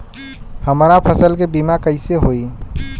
हमरा फसल के बीमा कैसे होई?